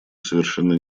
совершенно